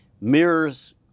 mirrors